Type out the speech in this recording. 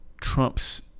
Trump's